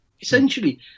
essentially